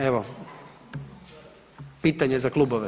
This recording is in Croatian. Evo, pitanje za klubove?